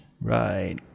right